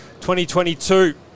2022